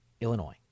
Illinois